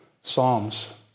psalms